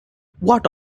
what